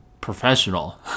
professional